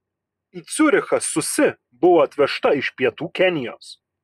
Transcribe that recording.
į ciurichą susi buvo atvežta iš pietų kenijos